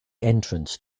entrance